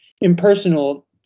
Impersonal